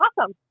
awesome